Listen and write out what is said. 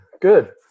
Good